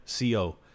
co